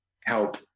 help